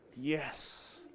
yes